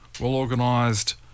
Well-organised